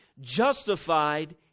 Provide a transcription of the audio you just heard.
justified